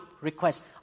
request